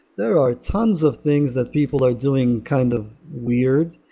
there are tons of things that people are doing kind of weird.